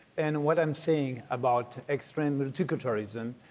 and what i'm saying about extreme multiculturalism,